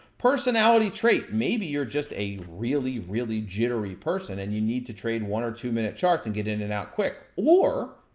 personality trait, maybe you're just a really, really jittery person, and you need to trade one or two minute charts and get in and out quick. or,